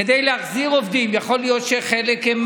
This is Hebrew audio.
אבל כמו שאמרתי קודם,